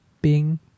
Bing